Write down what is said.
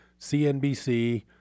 CNBC